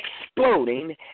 Exploding